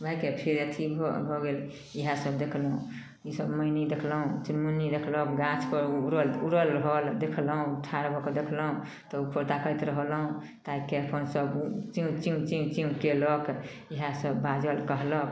भागिके फेर अथी भऽ गेल इएहसब देखलहुँ ईसब मैनी देखलहुँ चुनमुनी देखलहुँ गाछपर उड़ल उड़ल रहल देखलहुँ ठाढ़ भऽ कऽ देखलहुँ तऽ उपर ताकैत रहलहुँ ताकिके अपन सब चूँ चूँ चूँ चूँ कएलक इएहसब बाजल कहलक